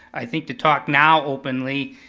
i think to talk now openly,